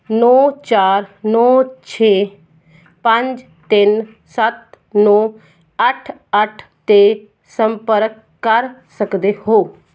ਨੌਂ ਚਾਰ ਨੌਂ ਛੇ ਪੰਜ ਤਿੰਨ ਸੱਤ ਨੌਂ ਅੱਠ ਅੱਠ 'ਤੇ ਸੰਪਰਕ ਕਰ ਸਕਦੇ ਹੋ